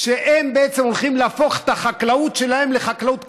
שהן בעצם הולכות להפוך את החקלאות שלהן לחקלאות קנאביס.